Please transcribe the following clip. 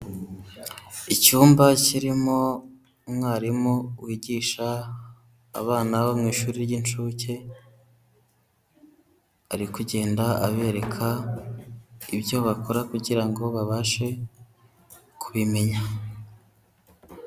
Icyumba kirimo umwarimu wigisha abana bo mu ishuri ry'incuke, ari kugenda abereka ibyo bakora kugira ngo babashe kubimenya.